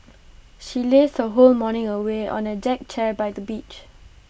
she lazed her whole morning away on A deck chair by the beach